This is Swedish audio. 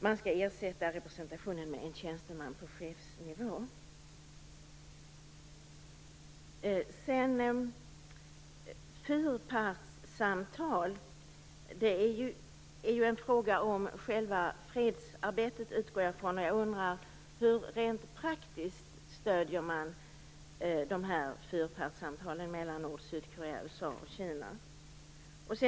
Jag utgår från att fyrpartssamtal är en fråga om själva fredsarbetet. Hur stöder man fyrpartssamtalen mellan Nordkorea, Sydkorea, USA och Kina rent praktiskt?